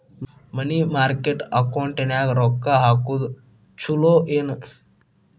ಮನಿ market ಅಕೌಂಟಿನ್ಯಾಗ ರೊಕ್ಕ ಹಾಕುದು ಚುಲೊ ಏನು